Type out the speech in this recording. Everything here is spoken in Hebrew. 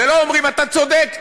ולא אומרים: אתה צודק,